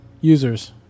Users